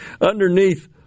underneath